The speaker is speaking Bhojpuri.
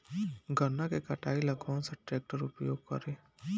गन्ना के कटाई ला कौन सा ट्रैकटर के उपयोग करी?